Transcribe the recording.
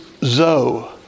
zo